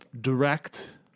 direct